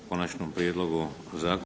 konačnom prijedlogu zakona.